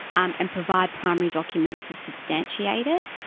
um and provide primary documents to substantiate it.